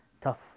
tough